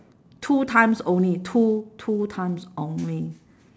two times only two two times only